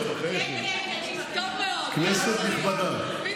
כנסת נכבדה,